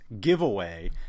giveaway